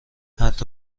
حتی